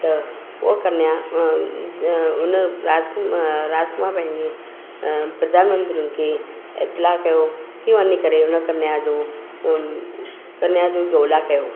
त हूअ कन्या राजकुमार राजकुमार पंहिंजे प्रधानमंत्रीयुनि खे इतलाउ कयो की उन कन्या जो कन्या जो ॻोल्हा कयो